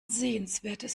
sehenswertes